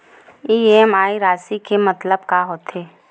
EMI राशि के मतलब का होथे?